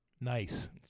Nice